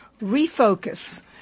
refocus